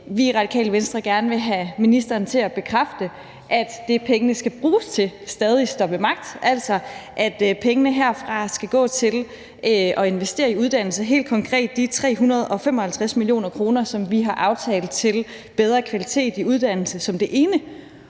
vi i Radikale Venstre gerne vil have ministeren til at bekræfte, at det, pengene skal bruges til, stadig står ved magt, altså at pengene herfra skal gå til at investere i uddannelse, helt konkret de 355 mio. kr., som vi har aftalt, til bedre kvalitet i uddannelse som det ene.